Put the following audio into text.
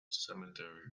cemetery